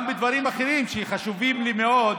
וגם בדברים אחרים שחשובים לי מאוד.